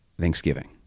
thanksgiving